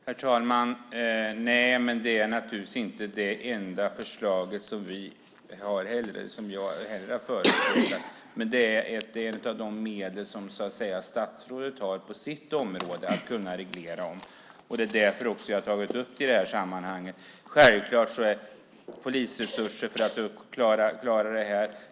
Herr talman! Det är naturligtvis inte det enda förslaget som jag har förespråkat heller, men det är ett av de medel som statsrådet har på sitt område att kunna reglera. Det är därför jag också har tagit upp det i det här sammanhanget. Självklart är polisresurser viktiga för att klara det här.